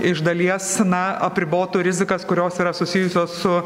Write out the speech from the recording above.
iš dalies na apribotų rizikas kurios yra susijusios su